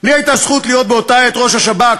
לי הייתה הזכות להיות באותה עת ראש השב"כ,